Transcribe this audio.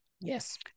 Yes